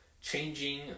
changing